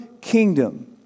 kingdom